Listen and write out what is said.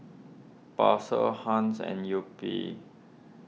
Persil Heinz and Yupi